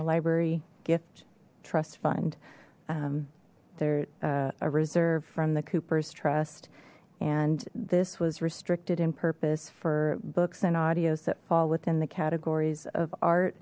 the library gift trust fund they're a reserve from the cooper's trust and this was restricted in purpose for books and audios that fall within the categories of art